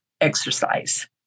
exercise